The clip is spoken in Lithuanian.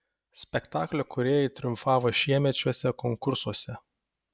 spektaklio kūrėjai triumfavo šiemečiuose konkursuose